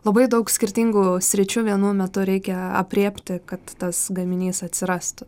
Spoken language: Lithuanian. labai daug skirtingų sričių vienų metu reikia aprėpti kad tas gaminys atsirastų